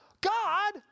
God